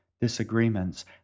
disagreements